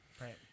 Right